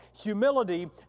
Humility